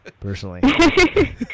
personally